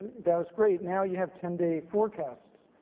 that was great. now you have ten day forecasts.